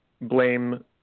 blame